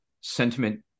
sentiment